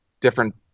different